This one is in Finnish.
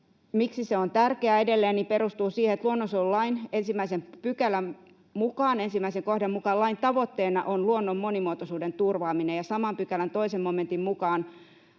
Miksi se on tärkeää edelleen, se perustuu siihen, että luonnossuojelulain 1 §:n 1 momentin 1) kohdan mukaan lain tavoitteena on luonnon monimuotoisuuden turvaaminen ja saman pykälän 2 momentin mukaan